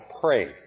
pray